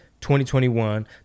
2021